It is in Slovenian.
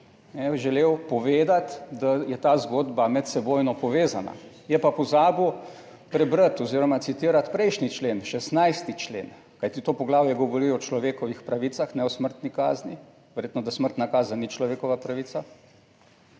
želel povedati, da je ta zgodba medsebojno povezana. Je pa pozabil prebrati oziroma citirati prejšnji člen, 16. člen, kajti to poglavje govori o človekovih pravicah, ne o smrtni kazni. Verjetno, da smrtna kazen ni človekova pravica,